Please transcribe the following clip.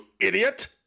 idiot